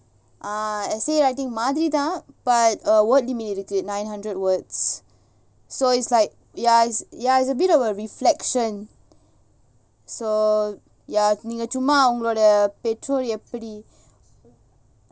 ah essay writing மாதிரிதான்:madhirithan but uh word limit is nine hundred words so it's like ya it's ya it's a bit of a reflection so ya சும்மாஅவங்களோடபெற்றோர்எப்படி:summa avangaloda pettor eppadi